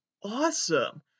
Awesome